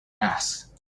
asked